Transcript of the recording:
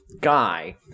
guy